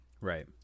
right